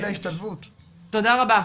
תודה רבה.